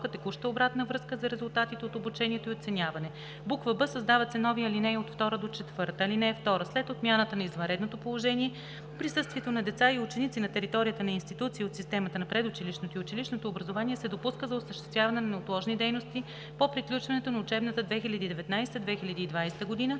текуща обратна връзка за резултатите от обучението и оценяване.“; б) създават се нови ал. 2 – 4: „(2) След отмяната на извънредното положение присъствието на деца и ученици на територията на институции от системата на предучилищното и училищното образование се допуска за осъществяване на неотложни дейности по приключването на учебната 2019/2020 г. и